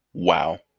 wow